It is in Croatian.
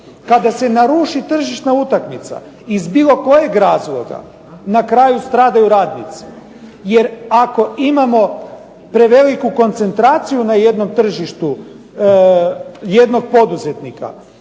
kada se naruši tržišna utakmica iz bilo kojeg razloga, na kraju stradaju radnici, jer ako imamo preveliku koncentraciju na jednom tržištu jednog poduzetnika,